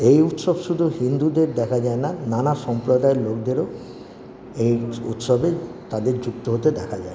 এই উৎসব শুধু হিন্দুদের দেখা যায়না নানা সম্প্রদায়ের লোকদেরও এই উৎসবে তাদের যুক্ত হতে দেখা যায়